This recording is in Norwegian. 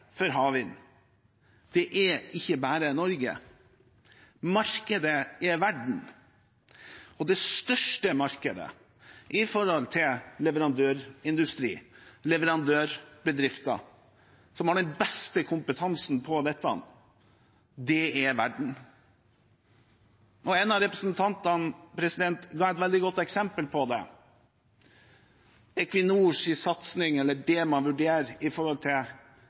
for havvind ikke bare er Norge, markedet er verden. Det største markedet når det gjelder leverandørindustri og leverandørbedrifter, som har den beste kompetansen på dette, det er verden. En av representantene ga et veldig godt eksempel på det: Equinors satsing, eller det man vurderer, i